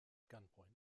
gunpoint